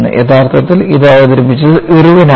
യഥാർത്ഥത്തിൽ ഇത് അവതരിപ്പിച്ചത് ഇർവിൻ ആണ്